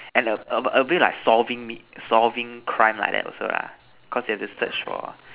and a a a bit like solving meat solving crime like that also lah cause you have to search for